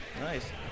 nice